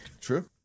True